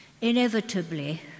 inevitably